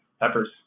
peppers